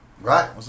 Right